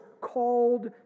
called